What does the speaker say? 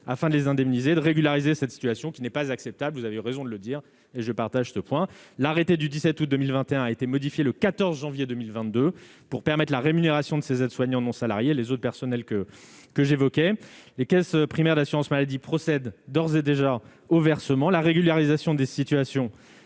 afin de les indemniser de régulariser cette situation qui n'est pas acceptable, vous avez raison de le dire et je partage ce point l'arrêté du 17 août 2021 a été modifié, le 14 janvier 2022 pour permettre à la rémunération de ces aides-soignants non salariés les autres personnels que que j'évoquais les caisses primaires d'assurance maladie procède d'ores et déjà au versement la régularisation des situations